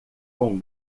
com